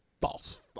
False